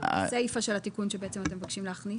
בסייפה של התיקון שאתם מבקשים להכניס.